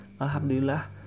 Alhamdulillah